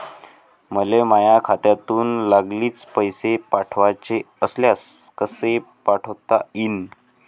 मले माह्या खात्यातून लागलीच पैसे पाठवाचे असल्यास कसे पाठोता यीन?